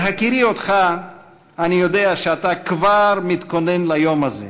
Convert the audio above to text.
בהכירי אותך אני יודע שאתה כבר מתכונן ליום הזה,